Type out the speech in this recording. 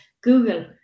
google